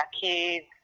kids